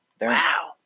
Wow